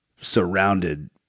surrounded